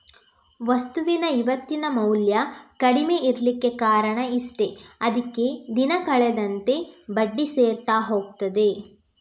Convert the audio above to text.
ವಸ್ತುವಿನ ಇವತ್ತಿನ ಮೌಲ್ಯ ಕಡಿಮೆ ಇರ್ಲಿಕ್ಕೆ ಕಾರಣ ಇಷ್ಟೇ ಅದ್ಕೆ ದಿನ ಕಳೆದಂತೆ ಬಡ್ಡಿ ಸೇರ್ತಾ ಹೋಗ್ತದೆ